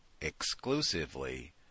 exclusively